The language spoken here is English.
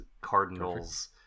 Cardinals